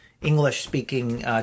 English-speaking